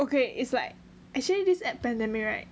okay is like actually this at pandemic right